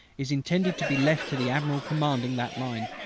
is intended to be left to the admiral commanding that line.